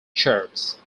charts